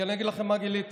כי אני אגיד לכם מה גיליתי,